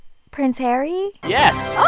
prince harry? yes oh